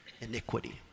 iniquity